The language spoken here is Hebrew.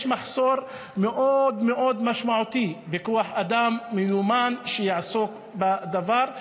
יש מחסור מאוד מאוד משמעותי בכוח אדם מיומן שיעסוק בדבר.